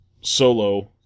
Solo